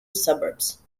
suburbs